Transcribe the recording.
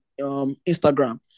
Instagram